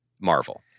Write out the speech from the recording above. marvel